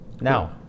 Now